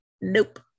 Nope